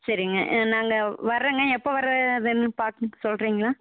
சரிங்க நாங்கள் வரங்க எப்போ வரதுன்னு பார்த்துட்டு சொல்லுறீங்ளா